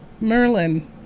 Merlin